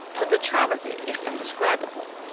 but the charm of it is indescribable,